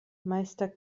meister